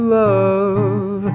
love